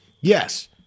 yes